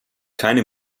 keine